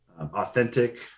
authentic